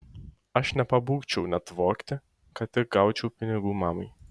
aš nepabūgčiau net vogti kad tik gaučiau pinigų mamai